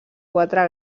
quatre